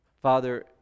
Father